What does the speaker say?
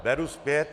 Beru zpět.